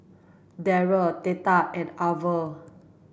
Daren Theta and Arvel